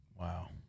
Wow